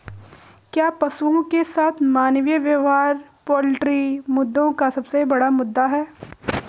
क्या पशुओं के साथ मानवीय व्यवहार पोल्ट्री मुद्दों का सबसे बड़ा मुद्दा है?